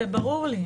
זה ברור לי.